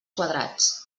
quadrats